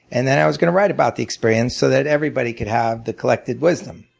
and then i was going to write about the experience so that everybody could have the collected wisdom.